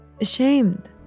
ashamed